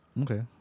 Okay